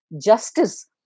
justice